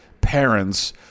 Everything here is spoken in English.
parents